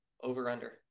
over-under